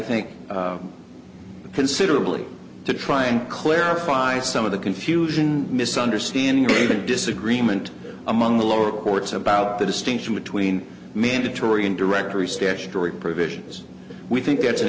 think considerably to try and clarify some of the confusion misunderstanding or even a disagreement among the lower courts about the distinction between mandatory and directory statutory provisions we think that's an